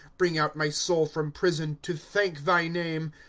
bring out my soul from prison, to thank thy name.